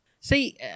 See